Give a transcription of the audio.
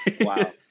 Wow